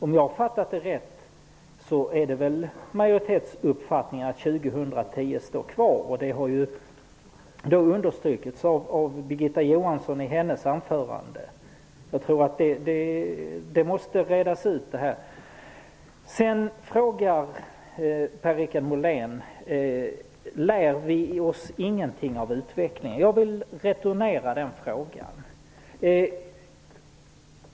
Om jag fattat saken rätt är majoritetsuppfattningen den att 2010 som avvecklingsår står kvar, och det har också understrukits i Birgitta Johanssons anförande. Detta måste redas ut. Så frågar Per-Richard Molén: Lär vi oss ingenting av utvecklingen? Jag vill returnera den frågan.